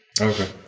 okay